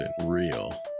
real